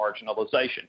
marginalization